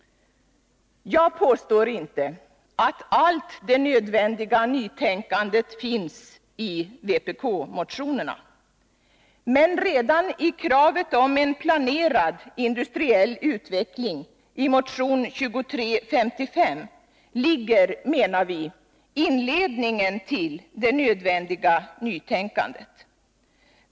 Jag påstår inte att allt det nödvändiga nytänkandet finns i vpk-motionerna. Men redan i kravet i motion 2355 på en planerad industriell utveckling ligger, menar vi, inledningen till det nödvändiga nytänkandet.